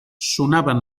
sonaven